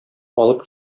алып